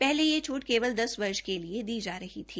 पहले यह छट केवल दस वर्ष के लए दी जा रही थी